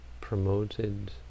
promoted